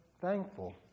thankful